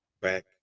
back